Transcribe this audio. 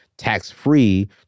tax-free